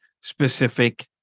specific